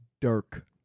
Dirk